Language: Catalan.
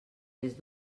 des